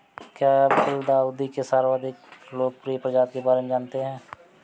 क्या आप गुलदाउदी के सर्वाधिक लोकप्रिय प्रजाति के बारे में जानते हैं?